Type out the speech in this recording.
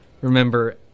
remember